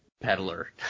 peddler